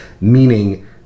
Meaning